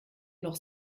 noch